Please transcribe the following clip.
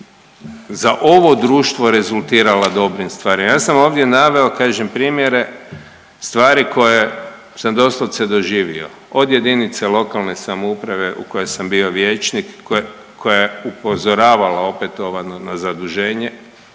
za ovo društvo rezultirala dobrim stvarima. Ja sam ovdje naveo kažem primjere stvari koje sam doslovce doživio od JLS u kojoj sam bio vijećnik, koja, koja je upozoravala opetovano na zaduženje